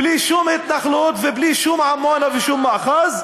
בלי שום התנחלות ובלי שום עמונה ושום מאחז,